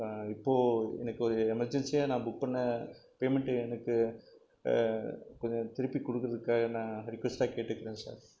இப்போது எனக்கு ஒரு எமர்ஜென்சியாக நான் புக் பண்ண பேமெண்ட் எனக்கு கொஞ்சம் திருப்பிக் கொடுக்குறதுக்காக நான் ரெக்கொஸ்ட்டாக கேட்டுக்கிறேன் சார்